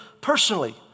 personally